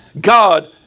God